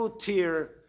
tier